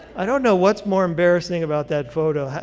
i don't know what's more embarrassing about that photo,